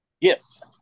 Yes